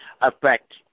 affect